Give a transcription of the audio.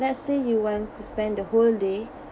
let's say you want to spend the whole day